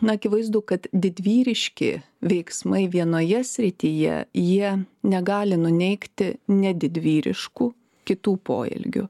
na akivaizdu kad didvyriški veiksmai vienoje srityje jie negali nuneigti nedidvyriškų kitų poelgių